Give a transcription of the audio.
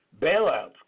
Bailouts